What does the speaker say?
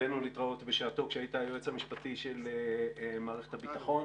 הרבינו להתראות בשעתו כשהיית היועץ המשפטי של מערכת הביטחון.